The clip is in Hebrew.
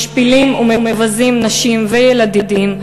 משפילים ומבזים נשים וילדים,